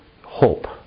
hope